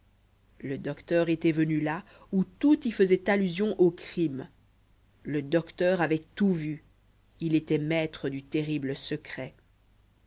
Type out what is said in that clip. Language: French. le docteur était venu là où tout y faisait allusion au crime le docteur avait tout vu il était maître du terrible secret